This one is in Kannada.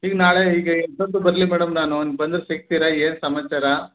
ಈಗ ನಾಳೆ ಈಗ ಎಷ್ಟೊತ್ತಿಗೆ ಬರಲಿ ಮೇಡಮ್ ನಾನು ಬಂದ್ರೆ ಸಿಗ್ತೀರಾ ಏನು ಸಮಾಚಾರ